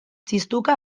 txistuka